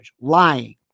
Lying